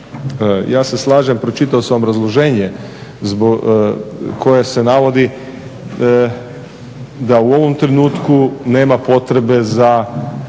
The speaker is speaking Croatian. Ja se slažem, pročitao sam obrazloženje koje se navodi da u ovom trenutku nema potrebe za